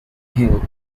hill